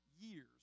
years